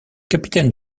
capitaine